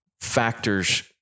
factors